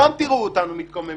שם תראו אותנו מתקוממים,